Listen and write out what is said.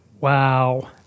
Wow